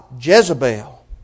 Jezebel